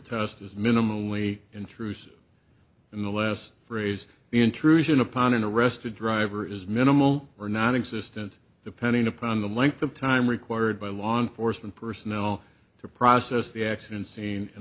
test as minimally intrusive in the last phrase the intrusion upon an arrested driver is minimal or nonexistent depending upon the length of time required by law enforcement personnel to process the accident scene an